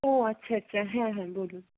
ও আচ্ছা আচ্ছা হ্যাঁ হ্যাঁ বলুন